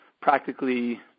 practically